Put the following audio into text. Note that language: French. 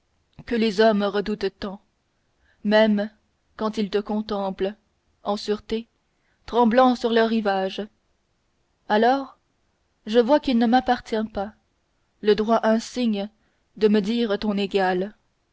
que les hommes redoutent tant même quand ils te contemplent en sûreté tremblants sur le rivage alors je vois qu'il ne m'appartient pas le droit insigne de me dire ton égal